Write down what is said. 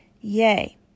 Yay